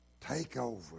takeover